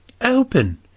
Open